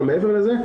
אבל מעבר לזה,